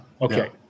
Okay